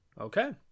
Okay